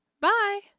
Bye